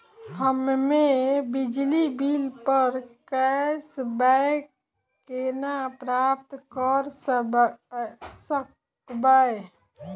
हम्मे बिजली बिल प कैशबैक केना प्राप्त करऽ सकबै?